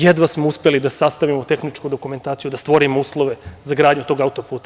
Jedva smo uspeli da sastavimo tehničku dokumentaciju, da stvorimo uslove za gradnju tog autoputa.